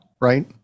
right